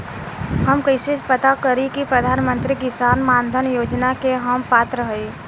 हम कइसे पता करी कि प्रधान मंत्री किसान मानधन योजना के हम पात्र हई?